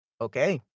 Okay